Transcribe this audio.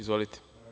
Izvolite.